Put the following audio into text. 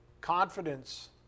Confidence